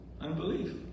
unbelief